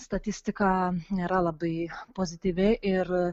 statistika nėra labai pozityvi ir